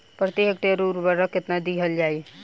प्रति हेक्टेयर उर्वरक केतना दिहल जाई?